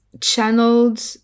channeled